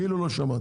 כאילו לא שמעתם.